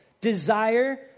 desire